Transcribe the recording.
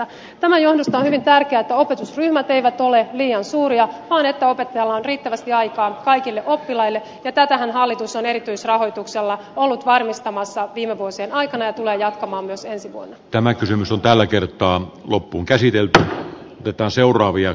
tämän johdosta on hyvin tärkeätä että opetusryhmät eivät ole liian suuria vaan että opettajalla on riittävästi aikaa kaikille oppilaille ja tätähän hallitus on erityisrahoituksella ollut varmistamassa viime vuosien aikana ja tulee jatkamaan myös ensi vuonna tämä kysymys on tällä kertaa loppuunkäsitelty tytön seuraavia